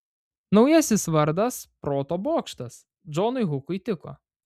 naujasis vardas proto bokštas džonui hukui tiko